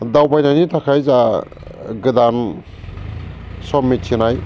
दावबायनि थाखाय जा गोदान सम मिथिनाय